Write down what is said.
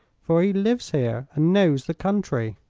for he lives here and knows the country.